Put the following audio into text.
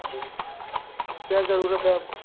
جی کیا ضرورت ہے آپ کو